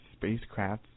spacecrafts